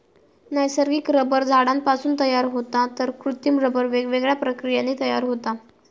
नैसर्गिक रबर झाडांपासून तयार होता तर कृत्रिम रबर वेगवेगळ्या प्रक्रियांनी तयार होता